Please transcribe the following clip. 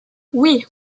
oui